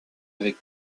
avec